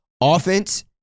offense